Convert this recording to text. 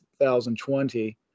2020